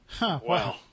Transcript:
Wow